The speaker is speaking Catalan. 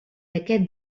aquest